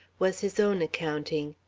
was his own accounting.